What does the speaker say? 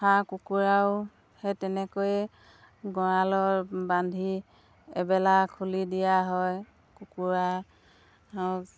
হাঁহ কুকুৰাও সেই তেনেকৈয়ে গঁৰালৰ বান্ধি এবেলা খুলি দিয়া হয় কুকুৰা আৰু